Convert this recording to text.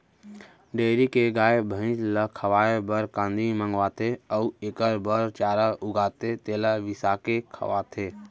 dairy के गाय, भँइस ल खवाए बर कांदी मंगवाथें अउ एकर बर चारा उगाथें तेला बिसाके खवाथें